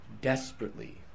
desperately